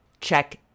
check